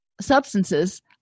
substances